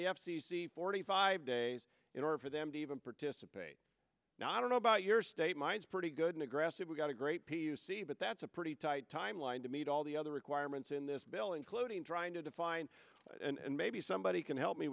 the f c c forty five days in order for them to even participate now i don't know about your state my it's pretty good and aggressive we've got a great p c but that's a pretty tight timeline to meet all the other requirements in this bill including trying to define and maybe somebody can help me